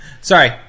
Sorry